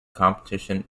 competition